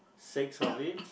six of it